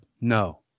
no